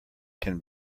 can